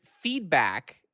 feedback